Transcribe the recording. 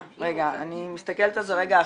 אני מסתכלת על זה רגע הפוך.